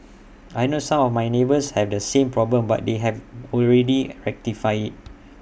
I know some of my neighbours have the same problem but they have already rectified IT